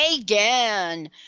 again